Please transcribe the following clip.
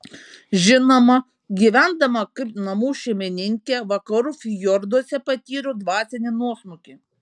žinoma gyvendama kaip namų šeimininkė vakarų fjorduose patyriau dvasinį nuosmukį